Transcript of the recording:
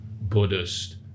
Buddhist